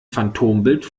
phantombild